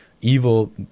evil